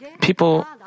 people